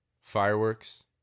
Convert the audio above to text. fireworks